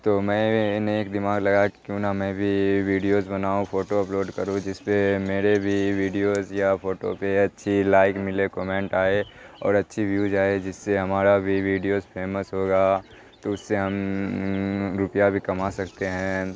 تو میں نے ایک دماغ لگا کیوں نہ میں بھی ویڈیوز بناؤں فوٹو اپلوڈ کروں جس پہ میرے بھی ویڈیوز یا فوٹو پہ اچھی لائک ملے کمنٹ آئے اور اچھی ویوز آئے جس سے ہمارا بھی ویڈیوز پھیمس ہوگا تو اس سے ہم روپیہ بھی کما سکتے ہیں